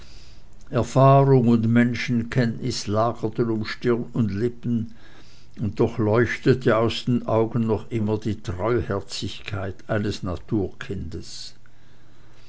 erfahrung und menschenkenntnis lagerten um stirn und lippen und doch leuchtete aus den augen noch immer die treuherzigkeit eines naturkindes